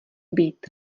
být